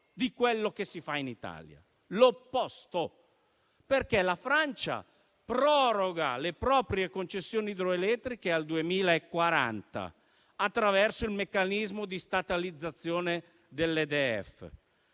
di quello che si fa in Italia, e ripeto l'opposto. La Francia proroga le proprie concessioni idroelettriche al 2040, attraverso il meccanismo di statalizzazione dell'EDF.